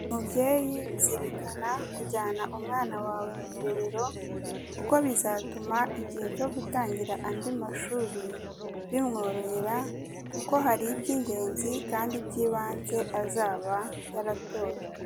Mubyeyi zirikana kujyana umwana wawe mu irerero kuko bizatuma igihe cyo gutangira andi mashuri bimworohera kuko hari iby'ingenzi kandi by'ibanze azaba yaratojwe.